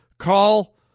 call